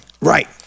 Right